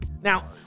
Now